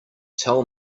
tell